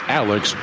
alex